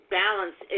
balance